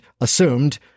assumed